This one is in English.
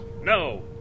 No